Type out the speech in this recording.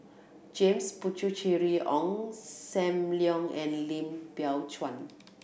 James Puthucheary Ong Sam Leong and Lim Biow Chuan